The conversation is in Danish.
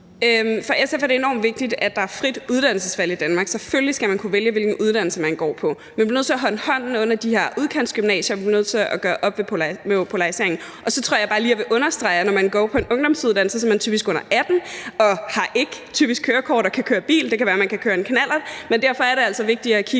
For SF er det enormt vigtigt, at der er frit uddannelsesvalg i Danmark. Selvfølgelig skal man kunne vælge, hvilken uddannelse man går på. Men vi bliver nødt til at holde hånden under de her udkantsgymnasier. Vi bliver nødt til at gøre op med polariseringen. Og så tror jeg bare, jeg lige vil understrege, at når man går på en ungdomsuddannelse, er man typisk under 18 og har typisk ikke kørekort til at kunne køre bil. Det kan være, at man kan føre en knallert. Men derfor er det altså vigtigere at kigge